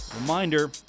Reminder